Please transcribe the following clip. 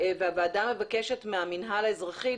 הוועדה מבקשת מהמינהל האזרחי,